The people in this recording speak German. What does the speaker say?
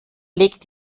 legt